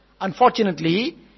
Unfortunately